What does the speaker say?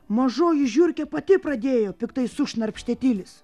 mažoji žiurkė pati pradėjo piktai sušnirpštė tilis